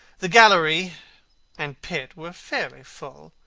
the gallery and pit were fairly full,